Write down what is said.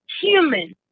human